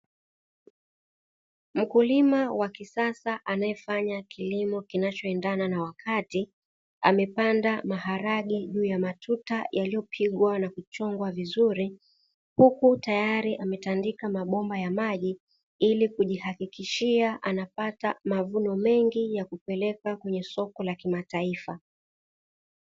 Mkulima wa kisasa anayefanya kilimo kinachoendana na wakati amepanda maharagwe juu ya matuta yaliyopigwa na kuchongwa vizuri, Huku tayari ametandika mabomba ya maji, ili kujihakikishia anapata mavuno mengi ya kupeleka kwenye soko la kimataifa.